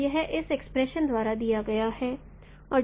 तो यह इस एक्सप्रेशन द्वारा दिया गया है